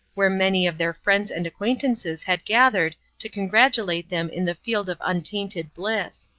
where many of their friends and acquaintances had gathered to congratulate them in the field of untainted bliss.